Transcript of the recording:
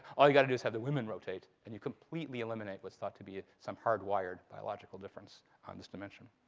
ah you got to do is have the women rotate. and you completely eliminate what's thought to be some hard-wired biological difference on this dimension.